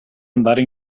andare